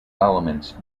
elements